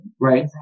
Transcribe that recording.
right